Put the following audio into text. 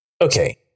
okay